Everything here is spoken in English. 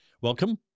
Welcome